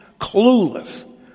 clueless